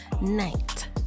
night